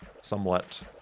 somewhat